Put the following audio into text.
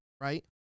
right